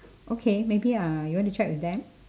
okay maybe uh you want to check with them